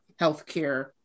healthcare